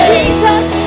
Jesus